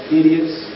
idiots